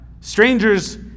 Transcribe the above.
strangers